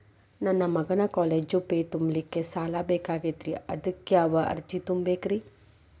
ನನ್ನ ಮಗನ college fee ತುಂಬಲಿಕ್ಕೆ ಸಾಲ ಬೇಕಾಗೆದ್ರಿ ಅದಕ್ಯಾವ ಅರ್ಜಿ ತುಂಬೇಕ್ರಿ?